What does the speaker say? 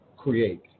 create